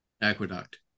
aqueduct